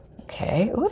Okay